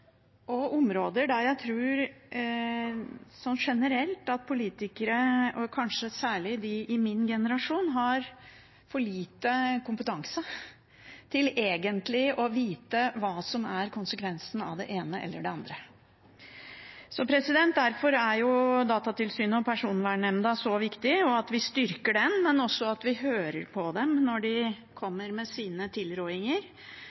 for liten kompetanse til egentlig å vite hva som er konsekvensen av det ene eller det andre. Derfor er det så viktig at vi styrker Datatilsynet og Personvernnemnda, men også at vi hører på dem når de